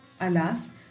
Alas